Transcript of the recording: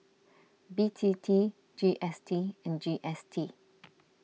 B T T G S T and G S T